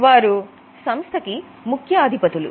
వారు సంస్థకి ముఖ్య అధిపతులు